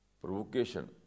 provocation